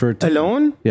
Alone